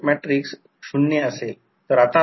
तर I2 जेव्हा गणित सोडवतो तेव्हा ते N2 N1 I2 असेल